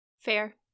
Fair